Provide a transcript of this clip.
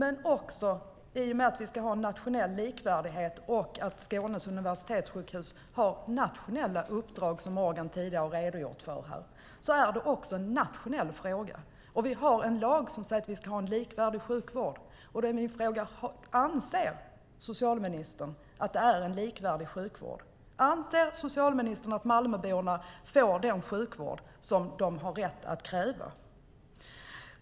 I och med att det ska finnas en nationell likvärdighet och att Skånes universitetssjukhus har nationella uppdrag, som Morgan Johansson tidigare har redogjort för, är detta också en nationell fråga. Vi har en lag som säger att sjukvården ska vara likvärdig. Anser socialministern att sjukvården är likvärdig? Anser socialministern att Malmöborna får den sjukvård som de har rätt att kräva?